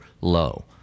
low